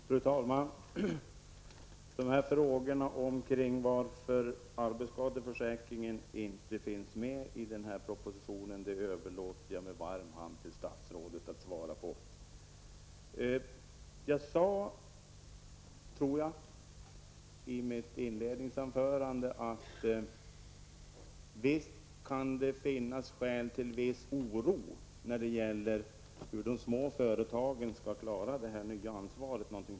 Fru talman! Frågorna angående varför arbetsskadeförsäkringen inte tas upp i denna proposition överlåter jag med varm hand till statsrådet att svara på. Jag tror att jag i mitt inledningsanförande sade att det kan finnas skäl till viss oro när det gäller hur de små företagen skall klara detta nya ansvar.